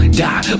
die